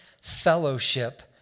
fellowship